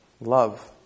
love